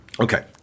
Okay